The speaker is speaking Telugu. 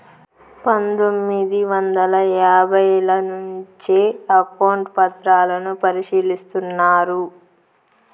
పందొమ్మిది వందల యాభైల నుంచే అకౌంట్ పత్రాలను పరిశీలిస్తున్నారు